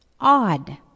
odd